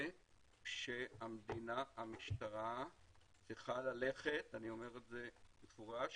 זה שהמדינה, המשטרה צריכה ללכת על הראש